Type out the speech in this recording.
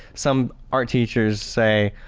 some art teachers say,